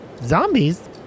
Zombies